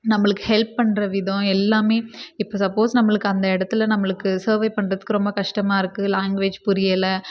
நம்மளுக்கு ஹெல்ப் பண்ணுற விதம் எல்லாம் இப்போ சப்போஸ் நம்மளுக்கு அந்த இடத்துல நம்மளுக்கு சர்வை பண்ணுறத்துக்கு ரொம்ப கஷ்டமாக இருக்கு லாங்வேஜ் புரியலை